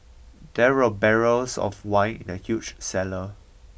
there were barrels of wine in the huge cellar